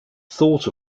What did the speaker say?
thought